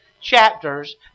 chapters